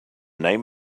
name